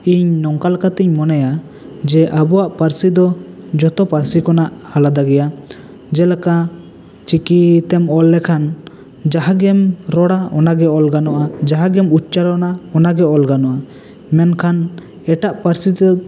ᱤᱧ ᱱᱚᱝᱠᱟ ᱞᱮᱠᱟ ᱛᱮᱧ ᱢᱚᱱᱮᱭᱟ ᱡᱮ ᱟᱵᱚᱣᱟᱜ ᱯᱟᱹᱨᱥᱤ ᱫᱚ ᱡᱚᱛᱚ ᱯᱟᱹᱨᱥᱤ ᱠᱷᱚᱱᱟᱜ ᱟᱞᱟᱫᱟ ᱜᱮᱭᱟ ᱢᱮᱞᱮᱠᱟ ᱪᱤᱠᱤ ᱛᱮᱢ ᱚᱞ ᱞᱮᱠᱷᱟᱱ ᱢᱟᱦᱟᱸ ᱜᱮᱢ ᱨᱚᱲᱟ ᱚᱱᱟ ᱜᱮ ᱚᱞ ᱜᱟᱱᱚᱜᱼᱟ ᱢᱟᱦᱟᱸ ᱜᱮᱢ ᱩᱪᱟᱨᱚᱱᱟ ᱚᱱᱟ ᱜᱮ ᱚᱞ ᱜᱟᱱᱚᱜᱼᱟ ᱢᱮᱱᱠᱷᱟᱱ ᱮᱴᱟᱜ ᱯᱟᱹᱨᱥᱤ ᱛᱮ